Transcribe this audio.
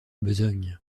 besogne